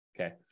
Okay